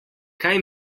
kaj